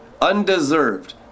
undeserved